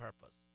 purpose